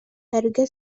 эргэ